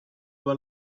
were